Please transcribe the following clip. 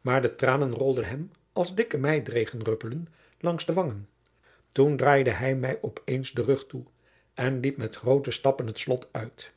maar de tranen rolden hem als dikke meiregendruppelen langs de wangen toen draaide hij mij op eens den rug toe en liep met groote stappen het slot uit